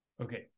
Okay